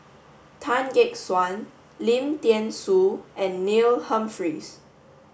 Tan Gek Suan Lim Thean Soo and Neil Humphreys